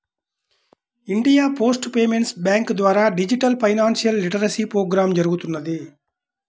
India Post Payments Bank ద్వారా digital financial literacy programme జరుగుతున్నది